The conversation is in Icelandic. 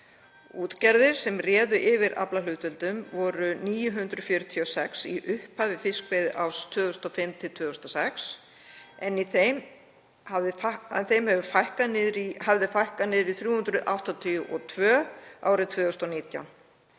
Útgerðir sem réðu yfir aflahlutdeildum voru 946 í upphafi fiskveiðiársins 2005/2006 en þeim hafði fækkað niður í 382 árið 2019.